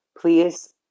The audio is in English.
please